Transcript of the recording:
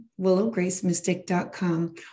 willowgracemystic.com